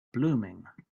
blooming